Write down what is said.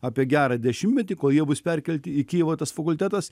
apie gerą dešimtmetį kol jie bus perkelti į kijevą tas fakultetas